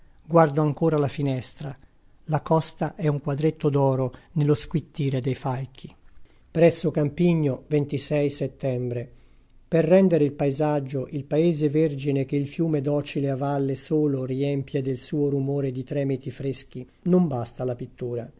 guardo ancora la finestra la costa è un quadretto d'oro nello squittire dei falchi resso ampigno ettembre per rendere il paesaggio il paese vergine che il fiume docile a valle solo riempie del suo rumore di tremiti freschi non basta la pittura